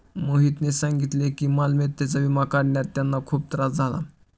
मोहितने सांगितले की मालमत्तेचा विमा काढण्यात त्यांना खूप त्रास झाला